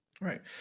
Right